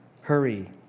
hurry